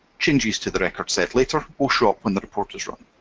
changes to the record set later will show up when the report is run.